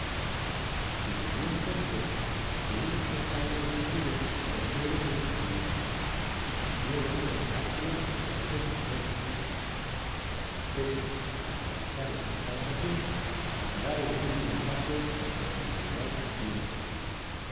sucedió entonces que unos pescadores del tíber cogieron un esturión y quisieron regalárselo al sucesor de san pedro los franceses aprovecharon esta ocasión para dar el último paso contra la autoridad de pío